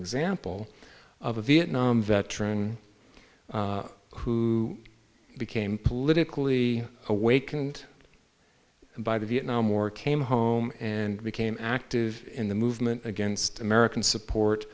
example of a vietnam veteran who became politically awakened by the vietnam war came home and became active in the movement against american support